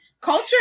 culture